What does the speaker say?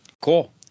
Cool